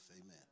Amen